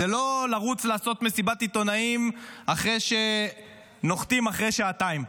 זה לא לרוץ לעשות מסיבת עיתונאים אחרי שנוחתים אחרי שעתיים.